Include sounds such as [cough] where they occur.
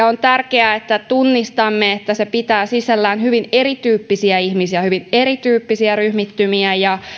[unintelligible] on tärkeää että tunnistamme että se pitää sisällään hyvin erityyppisiä ihmisiä ja hyvin erityyppisiä ryhmittymiä ja